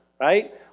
right